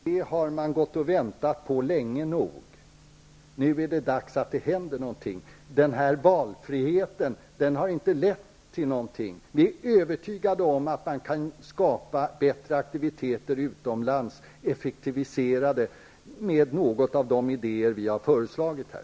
Herr talman! Detta har man gått och väntat på länge nog. Nu är det dags att det händer något. Denna valfrihet har inte lett till något. Vi är övertygade om att man kan skapa bättre och mer effektiva aktiviteter utomlands med några av de idéer som vi har fört fram här.